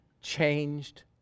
changed